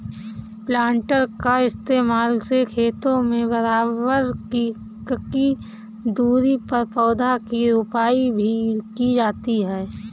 planter का इस्तेमाल से खेतों में बराबर ककी दूरी पर पौधा की रोपाई भी की जाती है